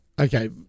Okay